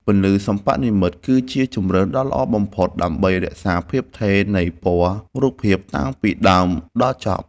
ពន្លឺសិប្បនិម្មិតគឺជាជម្រើសដ៏ល្អបំផុតដើម្បីរក្សាភាពថេរនៃពណ៌រូបភាពតាំងពីដើមដល់ចប់។